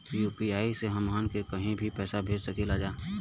UPI से हमहन के कहीं भी पैसा भेज सकीला जा?